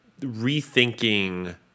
rethinking